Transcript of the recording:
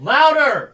Louder